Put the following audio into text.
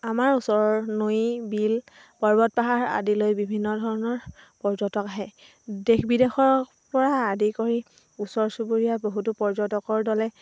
আমাৰ ওচৰৰ নৈ বিল পৰ্বত পাহাৰ আদিলৈ বিভিন্ন ধৰণৰ পৰ্যটক আহে দেশ বিদেশৰ পৰা আদি কৰি ওচৰ চুবুৰীয়া বহুতো পৰ্যটকৰ দলে